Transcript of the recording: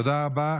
תודה רבה.